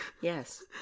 Yes